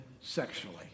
sexually